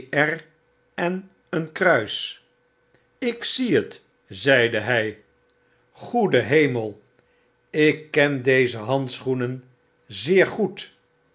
en een kruis ik zie het zeide hy goede hemel ik ken deze handschoenen zeer goecl